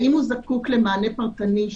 האם הוא זקוק למענה פרטני,